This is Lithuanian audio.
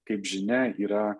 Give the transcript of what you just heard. kaip žinia yra